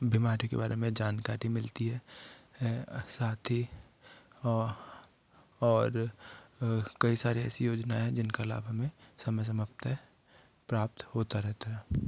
बीमारी के बारे में जानकारी मिलती है साथ ही और कई सारी ऐसी योजनाएं हैं जिनका लाभ हमें समय समाप्त है प्राप्त होता रहता हैं